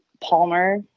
Palmer